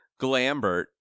Glambert